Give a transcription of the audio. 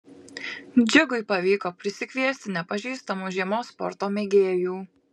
džiugui pavyko prisikviesti nepažįstamų žiemos sporto mėgėjų